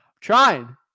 trying